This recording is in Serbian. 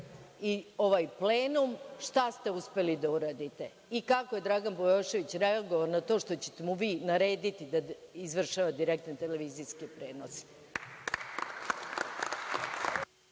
i ovaj plenum šta ste uspeli da uradite i kako je Dragan Bujošević reagovao na to što ćete mu vi narediti da izvršava direktne televizijske prenose.